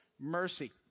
mercy